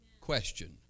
Question